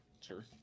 Sure